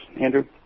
Andrew